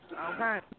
Okay